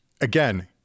again